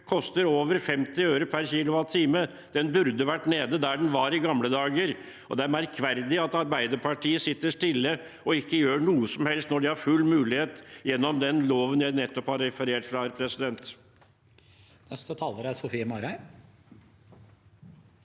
koster over 50 øre/kWh. Prisen burde vært nede der den var i gamledager, og det er merkverdig at Arbeiderpartiet sitter stille og ikke gjør noe som helst når de har full mulighet gjennom den loven jeg nettopp har referert fra. Sofie